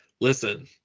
Listen